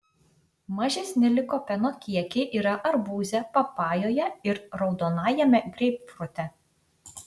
mažesni likopeno kiekiai yra arbūze papajoje ir raudonajame greipfrute